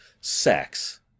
sex